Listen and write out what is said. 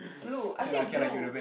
blue I said blue